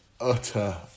utter